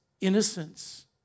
innocence